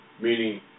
meaning